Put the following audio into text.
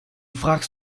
fragst